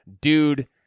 dude